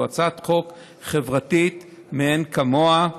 זו הצעת חוק חברתית מאין כמוה,